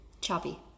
choppy